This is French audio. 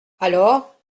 alors